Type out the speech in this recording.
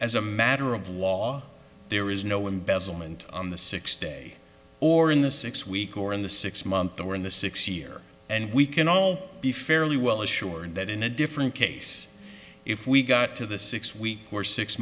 as a matter of law there is no embezzle meant on the six day or in the six week or in the six month or in the six year and we can all be fairly well as sure that in a different case if we got to the six week or six